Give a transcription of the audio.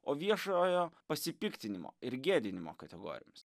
o viešojo pasipiktinimo ir gėdinimo kategorijomis